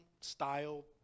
style